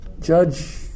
Judge